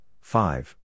five